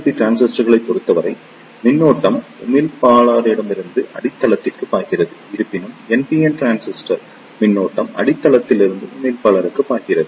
B டிரான்சிஸ்டர்களைப் பொறுத்தவரை மின்னோட்டம் உமிழ்ப்பாளரிடமிருந்து அடித்தளத்திற்கு பாய்கிறது இருப்பினும் NPN டிரான்சிஸ்டர் மின்னோட்டம் அடித்தளத்திலிருந்து உமிழ்ப்பாளருக்கு பாய்கிறது